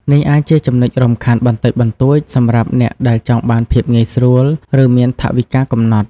នេះអាចជាចំណុចរំខានបន្តិចបន្តួចសម្រាប់អ្នកដែលចង់បានភាពងាយស្រួល ឬមានថវិកាកំណត់។